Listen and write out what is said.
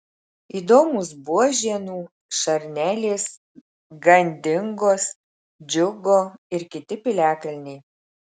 įdomūs buožėnų šarnelės gandingos džiugo ir kiti piliakalniai